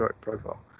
profile